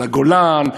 על הגולן,